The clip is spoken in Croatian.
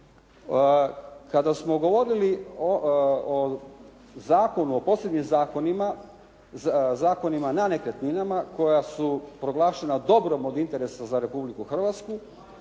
kada smo govorili o zakonu, o posebnim zakonima na nekretninama koja su proglašena dobrom od interesa za Republiku Hrvatsku